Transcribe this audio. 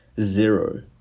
Zero